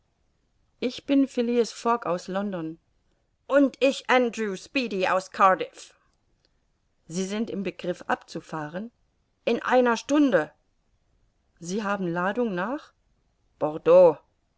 ich bin phileas fogg aus london und ich andrew speedy aus cardiff sie sind im begriff abzufahren in einer stunde sie haben ladung nach bordeaux